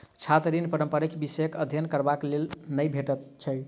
छात्र ऋण पारंपरिक विषयक अध्ययन करबाक लेल नै भेटैत छै